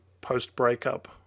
post-breakup